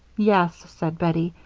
yes, said bettie,